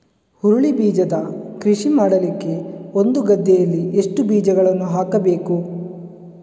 ಹುರುಳಿ ಬೀಜದ ಕೃಷಿ ಮಾಡಲಿಕ್ಕೆ ಒಂದು ಗದ್ದೆಯಲ್ಲಿ ಎಷ್ಟು ಬೀಜಗಳನ್ನು ಹಾಕಬೇಕು?